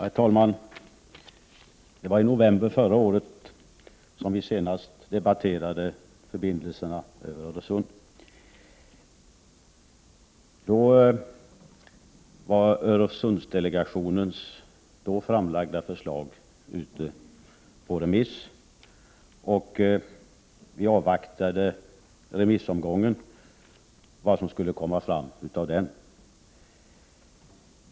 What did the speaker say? Herr talman! Det var i november förra året som vi senast debatterade förbindelserna över Öresund. Då var Öresundsdelegationens förslag ute på remiss, och vi ville avvakta remissomgången.